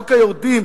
חוק היורדים,